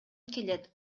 келет